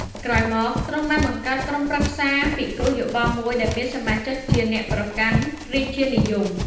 ក្រោយមក ទ្រង់បានបង្កើតក្រុមប្រឹក្សាពិគ្រោះយោបល់មួយដែលមានសមាជិកជាអ្នកប្រកាន់រាជានិយម។